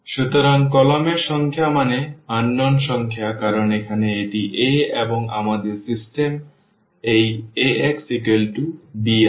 সুতরাং কলাম এর সংখ্যা মানে অজানার সংখ্যা কারণ এখানে এটি A এবং আমাদের সিস্টেম এই Ax b আছে